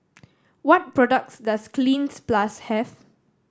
what products does Cleanz Plus have